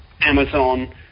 Amazon